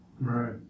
Right